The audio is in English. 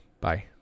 Bye